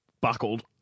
buckled